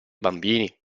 bambini